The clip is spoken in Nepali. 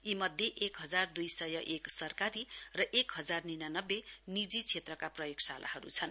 यी मध्ये एक हजार दुई सय एक सरकारी र एक हजार तिरानब्बे निजी क्षेत्रका प्रयोगशालाहरू हुन्